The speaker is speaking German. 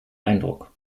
eindruck